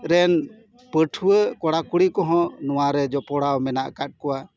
ᱨᱮᱱ ᱯᱟᱹᱴᱷᱩᱣᱟᱹ ᱠᱚᱲᱟ ᱠᱩᱲᱤ ᱠᱚᱦᱚᱸ ᱱᱚᱣᱟ ᱨᱮ ᱡᱚᱯᱲᱟᱣ ᱢᱮᱱᱟᱜ ᱟᱠᱟᱫ ᱠᱚᱣᱟ